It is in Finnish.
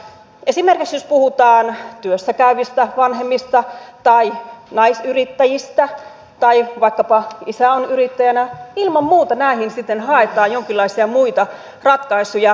esimerkiksi jos puhutaan työssä käyvistä vanhemmista tai naisyrittäjistä tai vaikkapa isä on yrittäjänä ilman muuta näihin sitten haetaan jonkinlaisia muita ratkaisuja